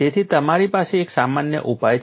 તેથી તમારી પાસે એક સામાન્ય ઉપાય છે